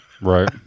Right